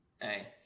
Hey